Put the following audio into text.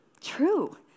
True